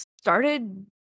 started